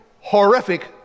horrific